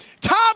Tom